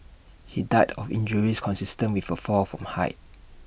he died of injuries consistent with A fall from height